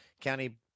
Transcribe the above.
county